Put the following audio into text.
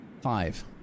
Five